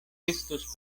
estus